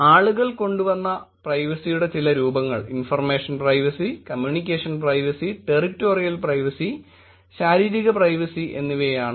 ആളുകൾ കൊണ്ടുവന്ന പ്രൈവസിയുടെ ചില രൂപങ്ങൾ information privacy communication privacy territorial privacy ശാരീരിക പ്രൈവസി എന്നിവയാണ്